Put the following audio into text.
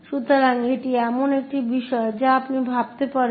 সুতরাং এটি এমন একটি বিষয় যা আপনি ভাবতে পারেন